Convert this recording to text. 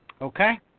okay